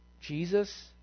Jesus